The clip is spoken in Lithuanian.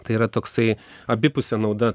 tai yra toksai abipusė nauda